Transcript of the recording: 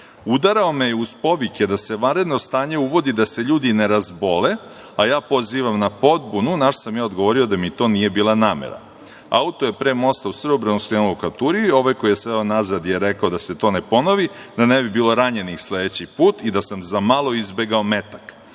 Udarao me je uz povike da se vanredno stanje uvodi da se ljudi ne razbole, a ja pozivam na podbunu. Na šta sam ja odgovorio da mi to nije bila namera. Auto je pre mosta u Srbobranu skrenuo ka Turiji. Ovaj koji je sedeo nazad je rekao da se to ne ponovi, da ne bi bilo ranjenih sledeći put i da sam za malo izbegao metak.